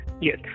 Yes